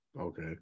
Okay